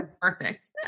perfect